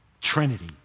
Trinity